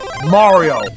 Mario